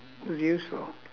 was useful